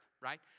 right